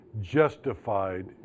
justified